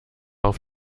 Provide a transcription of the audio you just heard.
auf